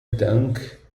dunk